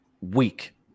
Weak